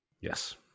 Yes